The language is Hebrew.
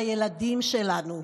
מה יקרה לילדים שלנו,